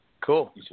Cool